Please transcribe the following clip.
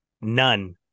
None